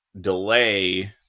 delay